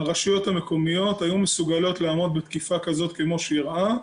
הרשויות המקומיות היו מסוגלות לעמוד בתקיפה כזאת כמו שאירעה,